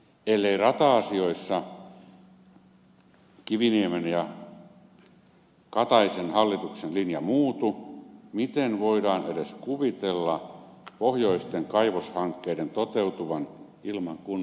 ellei rata asioissa kiviniemen ja kataisen hallituksen linja muutu miten voidaan edes kuvitella pohjoisten kaivoshankkeiden toteutuvan ilman kunnon rataverkkoa